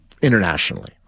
internationally